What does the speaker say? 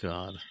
God